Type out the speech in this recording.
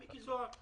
עוד פעם מיקי זוהר?